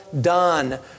done